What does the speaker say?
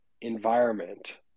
environment